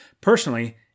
Personally